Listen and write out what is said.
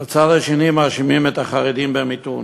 ומהצד השני מאשימים את החרדים במיתון.